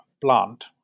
plant